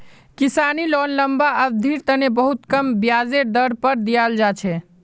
किसानी लोन लम्बा अवधिर तने बहुत कम ब्याजेर दर पर दीयाल जा छे